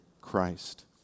Christ